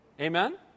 Amen